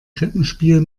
krippenspiel